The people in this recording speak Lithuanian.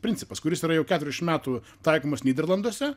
principas kuris yra jau keturiasdešim metų taikomas nyderlanduose